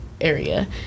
area